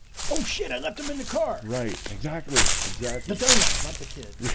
oh shit, i left them in the car right exactly exactly the donuts, not the kid